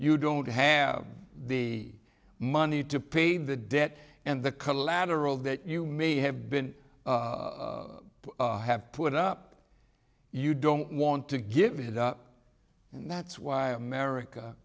you don't have the money to pay the debt and the collateral that you may have been have put up you don't want to give it up and that's why america